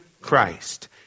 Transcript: Christ